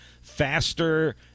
faster